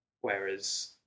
whereas